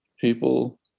people